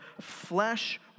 flesh